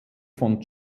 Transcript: von